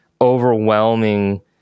overwhelming